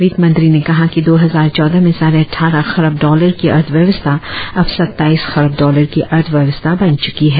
वित्तमंत्री ने कहा कि दो हजार चौदह में साढ़े अट्ठारह खरब डॉलर की अर्थव्यवस्था अब सत्ताइस खरब डॉलर की अर्थव्यवस्था बन चुकी है